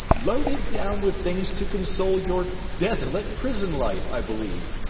loaded down with things to console your desolate prison life, i believe,